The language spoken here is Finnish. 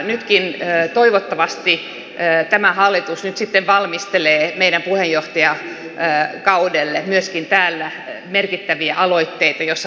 nytkin toivottavasti tämä hallitus sitten valmistelee meidän puheenjohtajakaudellemme myöskin täällä merkittäviä aloitteita joissa voisimme edetä